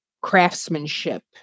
craftsmanship